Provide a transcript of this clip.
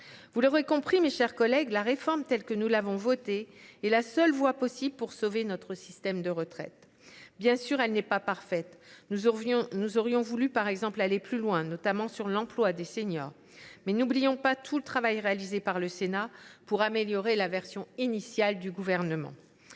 Vous l’aurez compris, mes chers collègues, la réforme telle que nous l’avons votée est la seule voie possible pour sauver notre système de retraite. Bien sûr, elle n’est pas parfaite. Nous aurions voulu aller plus loin, notamment sur l’emploi des seniors. Mais n’oublions pas tout le travail réalisé par le Sénat pour améliorer la version initiale du Gouvernement.